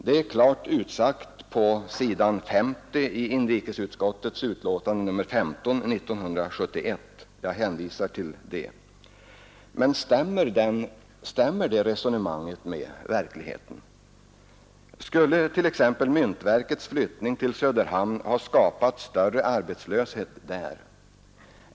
Detta är klart utsagt på s. 50 i inrikesutskottets betänkande nr 15 år 1971, och jag hänvisar till det. Men stämmer det resonemanget med verkligheten? Skulle t.ex. myntverkets flyttning till Söderhamn skapa större arbetslöshet där?